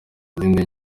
izindi